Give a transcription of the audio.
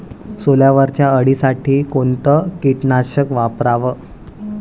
सोल्यावरच्या अळीसाठी कोनतं कीटकनाशक वापराव?